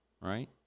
right